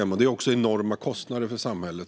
Annars kommer vi att få enorma kostnader för samhället.